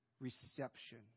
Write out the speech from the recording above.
reception